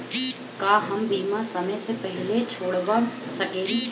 का हम बीमा समय से पहले छोड़वा सकेनी?